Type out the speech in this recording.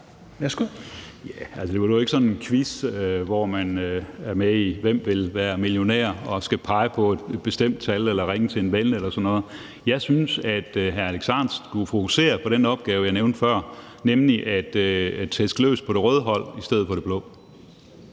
Det var nu ikke sådan en quiz som »Hvem vil være millionær?«, hvor man skal pege på et bestemt tal eller ringe til en ven eller sådan noget. Jeg synes, at hr. Alex Ahrendtsen skulle fokusere på den opgave, jeg nævnte før, nemlig at tæske løs på det røde hold i stedet for det blå.